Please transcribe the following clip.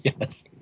Yes